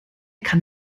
kann